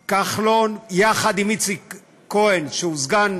כחלון, יחד עם איציק כהן, שהוא סגן